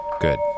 Good